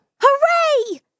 Hooray